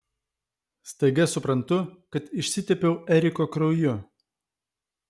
staiga suprantu kad išsitepiau eriko krauju